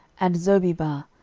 and zobebah,